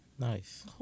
nice